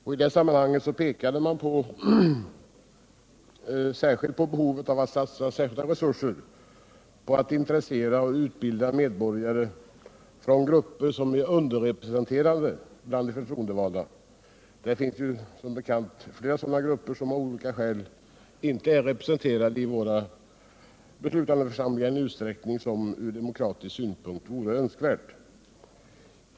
I det sammanhanget pekade man på behovet av att satsa särskilda resurser på att intressera och utbilda medborgare från grupper som är underrepresenterade bland de förtroendevalda. Det finns som bekant flera sådana grupper, som av olika skäl inte är representerade i våra beslutande församlingar i den utsträckning som från demokratisk synpunkt vore önskvärd.